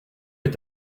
est